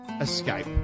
Escape